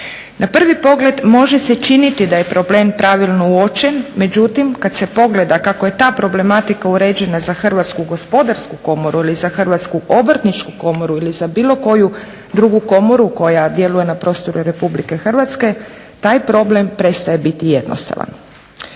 Na prvi pogled može se činiti da je problem pravilno uočen, međutim kad se pogleda kako je ta problematika uređena za Hrvatsku gospodarsku komoru ili za Hrvatsku obrtničku komoru ili za bilo koju drugu Komoru koja djeluje na prostoru Republike Hrvatske taj problem prestaje biti jednostavan.